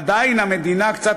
עדיין המדינה קצת